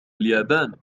اليابان